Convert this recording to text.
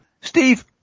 Steve